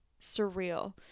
surreal